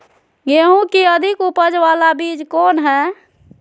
गेंहू की अधिक उपज बाला बीज कौन हैं?